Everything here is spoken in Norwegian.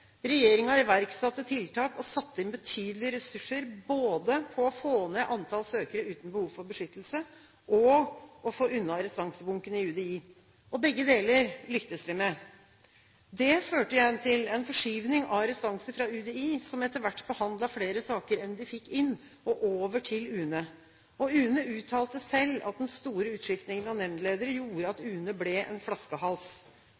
iverksatte tiltak og satte inn betydelige ressurser, både på å få ned antall søkere uten behov for beskyttelse og på å få unna restansebunken i UDI. Begge deler lyktes vi med. Det førte igjen til en forskyvning av restanser fra UDI, som etter hvert behandlet flere saker enn de fikk inn, og over til UNE. UNE uttalte selv at den store utskiftingen av nemndledere gjorde at